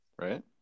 Right